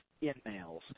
in-mails